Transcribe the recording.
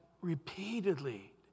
repeatedly